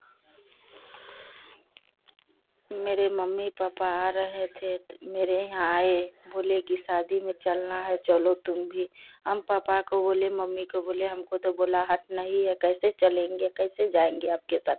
मेरे mummy papa आ रहे थे मेरे यहाँ आए बोले कि शादी में चलना है चलो तुम भी हम पापा को बोले मम्मी को बोले हमको तो बोला ही नहीं है कैसे चलेंगे कैसे जाएँगे आपके साथ